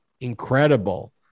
incredible